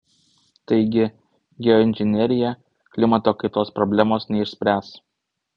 taigi geoinžinerija klimato kaitos problemos neišspręs